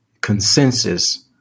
consensus